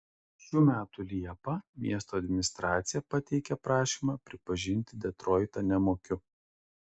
šių metų liepą miesto administracija pateikė prašymą pripažinti detroitą nemokiu